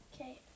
Okay